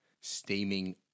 steaming